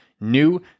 new